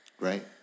right